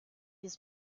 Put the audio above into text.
ist